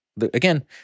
again